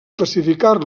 classificar